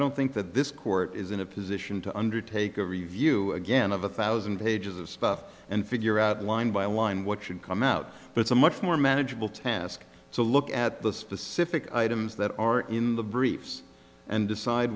don't think that this court is in a position to undertake a review again of a thousand pages of stuff and figure out line by line what should come out but it's a much more manageable task to look at the specific items that are in the briefs and decide